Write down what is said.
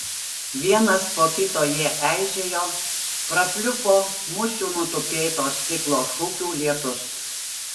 vienas po kito jie eižėjo prapliupo musių nutupėto stiklo šukių lietus